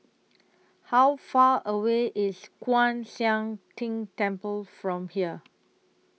How Far away IS Kwan Siang Tng Temple from here